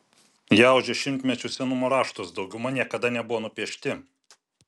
jie audžia šimtmečių senumo raštus dauguma niekada nebuvo nupiešti